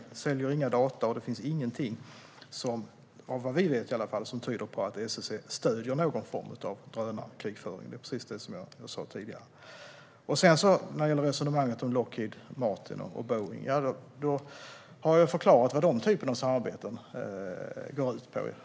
SSC säljer inga data, och det finns ingenting, vad vi vet, som tyder på att SSC stöder någon form av drönarkrigföring. Det är precis vad jag sa tidigare. Sedan var det resonemanget om Lockheed Martin och Boeing. Jag har förklarat vad de samarbetena går ut på.